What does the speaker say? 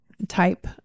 type